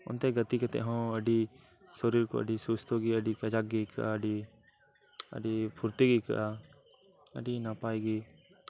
ᱚᱱᱛᱮ ᱜᱟᱛᱮ ᱠᱟᱛᱮᱫ ᱦᱚᱸ ᱟᱹᱰᱤ ᱥᱚᱨᱤᱨ ᱠᱚ ᱟᱹᱰᱤ ᱥᱩᱥᱛᱷᱚ ᱜᱮ ᱠᱟᱡᱟᱠ ᱜᱮ ᱟᱹᱭᱠᱟᱹᱜᱼᱟ ᱟᱹᱰᱤ ᱟᱹᱰᱤ ᱯᱷᱩᱨᱛᱤ ᱜᱮ ᱟᱹᱭᱠᱟᱹᱜᱼᱟ ᱟᱹᱰᱤ ᱱᱟᱯᱟᱭ ᱜᱮ